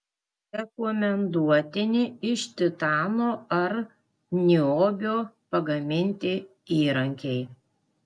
rekomenduotini iš titano ar niobio pagaminti įrankiai